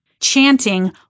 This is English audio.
chanting